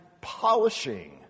polishing